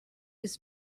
his